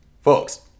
Folks